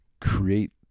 create